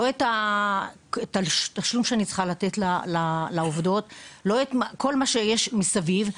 לא את התשלום שאני צריכה לתת לעובדות וכל מה שיש מסביב.